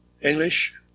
English